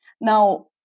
now